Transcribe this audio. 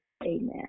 Amen